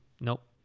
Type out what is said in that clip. Nope